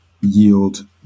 yield